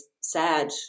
sad